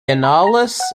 annales